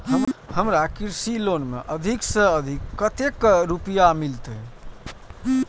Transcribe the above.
हमरा कृषि लोन में अधिक से अधिक कतेक रुपया मिलते?